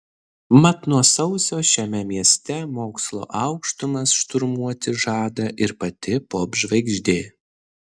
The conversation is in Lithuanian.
mat nuo sausio šiame mieste mokslo aukštumas šturmuoti žada ir pati popžvaigždė